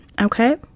okay